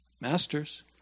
Masters